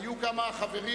היו כמה חברים